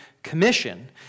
Commission